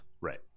Right